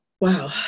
Wow